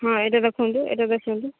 ହଁ ଏଇଟା ଦେଖନ୍ତୁ ଏଇଟା ଦେଖନ୍ତୁ